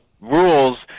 rules